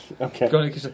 Okay